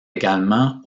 également